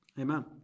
Amen